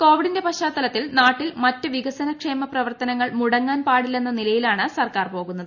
കൊവിഡിന്റെ പശ്ചാത്തലത്തിൽ നാട്ടിൽ മറ്റ് വികസനക്ഷേമ പ്രവർത്തനങ്ങൾ മുടങ്ങാൻ പാടില്ലെന്ന നിലയിലാണ് സർക്കാർ പോകുന്നത്